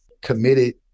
committed